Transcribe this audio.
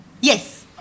Yes